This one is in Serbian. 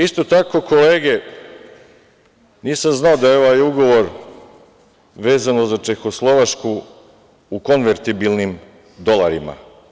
Isto tako, kolege, nisam znao da je ovaj ugovor vezano za Čehoslovačku u konvertibilnim dolarima.